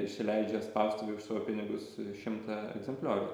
išsileidžia spaustuvėje už savo pinigus šimtą egzempliorių